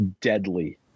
deadly